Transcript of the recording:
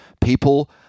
people